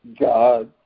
God